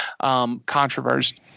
controversy